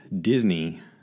Disney